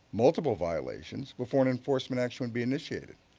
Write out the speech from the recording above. multiple violations before an enforcement action would be initiated.